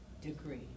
degree